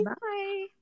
Bye